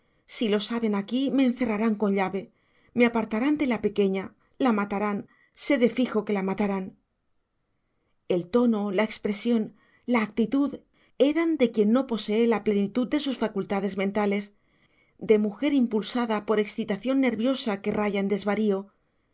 si lo saben aquí me encerrarán con llave me apartarán de la pequeña la matarán sé de fijo que la matarán el tono la expresión la actitud eran de quien no posee la plenitud de sus facultades mentales de mujer impulsada por excitación nerviosa que raya en desvarío